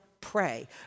pray